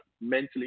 mentally